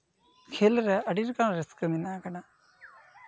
ᱠᱷᱮᱞ ᱨᱮ ᱟᱹᱰᱤ ᱞᱮᱠᱟᱱ ᱨᱟᱹᱥᱠᱟᱹ ᱢᱮᱱᱟᱜ ᱠᱟᱱᱟ